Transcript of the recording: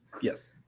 Yes